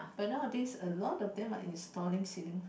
but nowadays a lot of them are installing ceiling fan